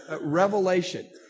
revelation